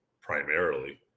primarily